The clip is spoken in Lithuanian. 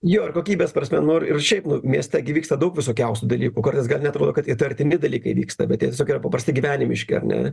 jo ir kokybės prasme nu ir šiaip mieste gi vyksta daug visokiausių dalykų kartais gal neatrodo kad įtartini dalykai vyksta bet jie tiesiog yra paprasti gyvenimiški ar ne